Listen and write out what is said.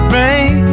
rain